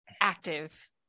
active